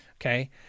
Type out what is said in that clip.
Okay